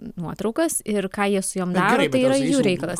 nuotraukas ir ką jie su jom daro tai yra jų reikalas